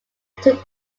took